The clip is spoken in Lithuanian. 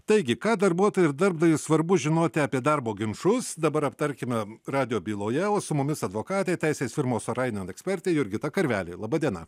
taigi ką darbuotojui ir darbdaviui svarbu žinoti apie darbo ginčus dabar aptarkime radijo byloje o su mumis advokatė teisės firmos orainion ekspertė jurgita karvelė laba diena